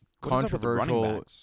controversial